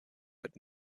but